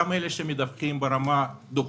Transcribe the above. גם אלה שמדווחים ברמה דו-חודשית,